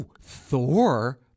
thor